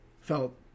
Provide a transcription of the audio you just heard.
felt